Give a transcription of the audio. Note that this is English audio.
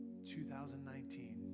2019